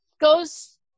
goes